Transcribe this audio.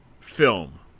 film